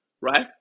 right